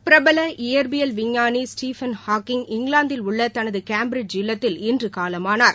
பிரபல இயற்பியல் விஞ்ஞானி ஸ்டீபன் ஹாக்கிங் இங்கிலாந்தில் உள்ள தனது கேம்பிரிட்ஜ் இல்லத்தில் இன்று காலமானார்